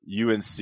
UNC